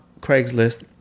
Craigslist